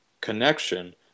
connection